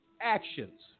actions